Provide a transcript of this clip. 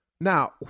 Now